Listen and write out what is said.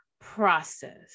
process